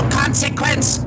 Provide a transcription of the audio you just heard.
consequence